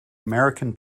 american